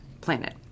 planet